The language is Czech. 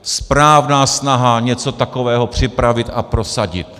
Správná snaha něco takového připravit a prosadit!